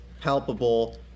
palpable